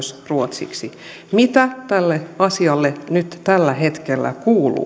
myös ruotsiksi mitä tälle asialle nyt tällä hetkellä kuuluu myös